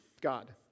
God